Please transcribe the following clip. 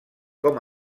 com